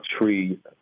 tree